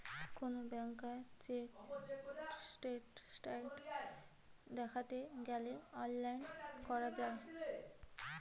কোন ব্যাংকার check status দ্যাখতে গ্যালে অনলাইন করা যায়